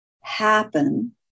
happen